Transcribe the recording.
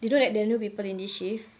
they don't like their new people in this shift